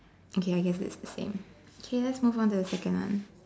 okay I guess is the same okay let's move on to the second one